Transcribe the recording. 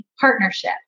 partnership